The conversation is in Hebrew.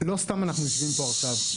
לא סתם אנחנו יושבים פה עכשיו,